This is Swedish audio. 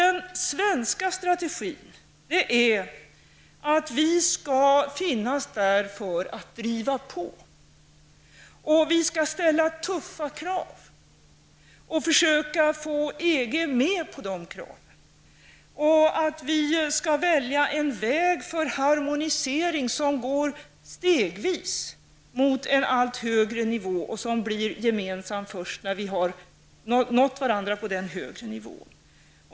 Den svenska strategin är att vi skall finnas med där för att driva på. Vi skall ställa tuffa krav och försöka få EG med på dessa krav. Vi skall välja en väg för harmonisering som stegvis går mot en högre nivå. Denna nivå skall bli gemensam först när vi nått varandra på den högre nivån.